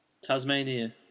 Tasmania